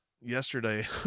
yesterday